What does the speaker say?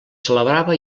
celebrava